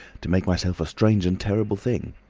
to make myself a strange and terrible thing.